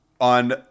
On